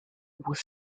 was